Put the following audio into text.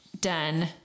done